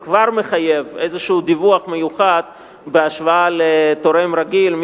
וכבר מחייב דיווח מיוחד כלשהו בהשוואה לתורם רגיל,